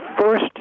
first